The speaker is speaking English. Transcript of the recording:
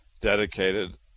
dedicated